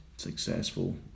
Successful